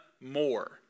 more